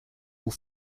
will